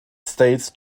states